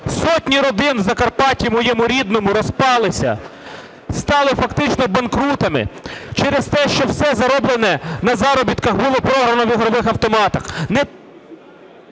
Сотні родин в Закарпатті моєму рідному розпалися, стали фактично банкрутами через те, що все зароблене на заробітках було програне в ігрових автоматах,